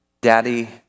Daddy